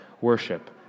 worship